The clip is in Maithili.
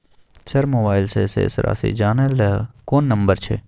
सर मोबाइल से शेस राशि जानय ल कोन नंबर छै?